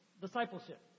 Discipleship